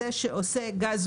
זה שעושה גז,